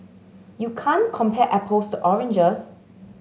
you can't compare apples to oranges